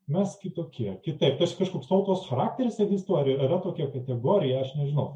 mes kitokie kitaip tarsi kažkoks tautos charakteris egzistuoja ar yra tokia kategorija aš nežinau